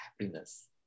happiness